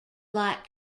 light